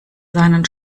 seinen